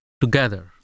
together